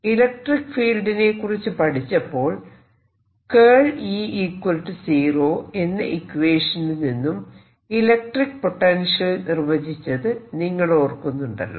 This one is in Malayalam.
ഇലക്ട്രിക്ക് ഫീൽഡിനെ കുറിച്ച് പഠിച്ചപ്പോൾ E 0 എന്ന ഇക്വേഷനിൽ നിന്നും ഇലക്ട്രിക്ക് പൊട്ടൻഷ്യൽ നിർവചിച്ചത് നിങ്ങൾ ഓർക്കുന്നുണ്ടല്ലോ